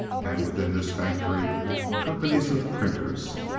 and within this factory companies of printers,